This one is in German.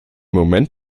moment